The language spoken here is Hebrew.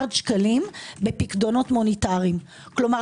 מיליארד שקלים בפיקדונות מוניטריים כלומר